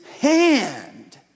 hand